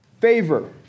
Favor